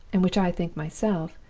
and which i think myself,